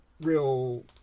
real